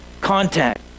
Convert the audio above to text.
contact